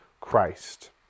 Christ